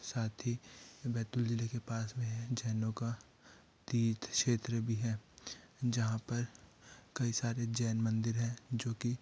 साथ ही बैतूल जिले के पास में है जैनों का तीर्थ क्षेत्र भी है जहाँ पर कई सारे जैन मंदिर हैं जो की